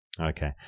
Okay